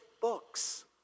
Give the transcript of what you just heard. books